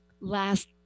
last